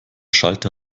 schalter